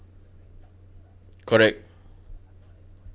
correct